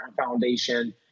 Foundation